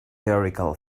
theoretical